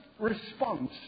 response